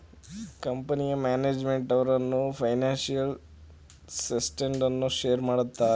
ಕಂಪನಿಯ ಮ್ಯಾನೇಜ್ಮೆಂಟ್ನವರು financial statement ಅನ್ನು ಶೇರ್ ಮಾಡುತ್ತಾರೆ